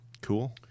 Cool